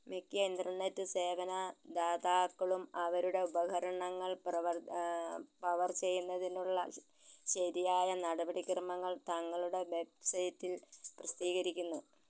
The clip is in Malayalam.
മിക്ക ഇൻ്റർനെറ്റ് സേവന ദാതാക്കളും അവരുടെ ഉപകരണങ്ങൾ പവർ ചെയ്യുന്നതിനുള്ള ശരിയായ നടപടിക്രമങ്ങൾ തങ്ങളുടെ വെബ്സൈറ്റിൽ പ്രസിദ്ധീകരിക്കുന്നു